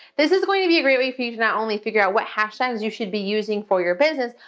this is going to be a great way for you to not only figure out what hashtags you should be using for your business,